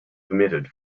permitted